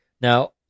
Now